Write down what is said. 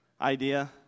idea